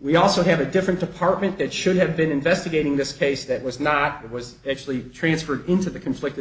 we also have a different department that should have been investigating this case that was not that was actually transferred into the conflict